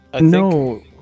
No